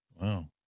Wow